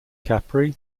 capri